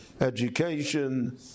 education